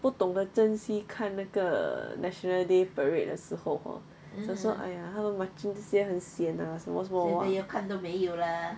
不懂得珍惜看那个 national day parade 的时候 hor 就说 !aiya! 他们 marching 这些很 sian ah 什么什么